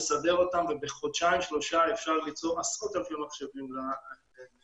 לסדר אותם ובחודשיים-שלושה אפשר ליצור עשרות אלפי מחשבים לילדים